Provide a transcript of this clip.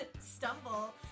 stumble